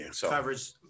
coverage